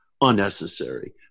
unnecessary